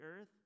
earth